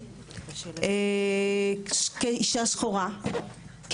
כאישה שחורה,